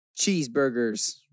Cheeseburgers